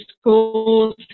schools